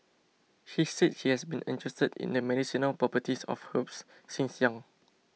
he said he has been interested in the medicinal properties of herbs since young